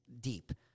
deep